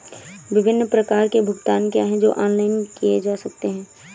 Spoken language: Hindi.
विभिन्न प्रकार के भुगतान क्या हैं जो ऑनलाइन किए जा सकते हैं?